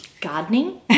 Gardening